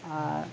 ᱟᱨ